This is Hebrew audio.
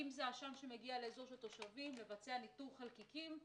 אם זה עשן שמגיע לאזור תושבים - לבצע ניטור חלקיקים,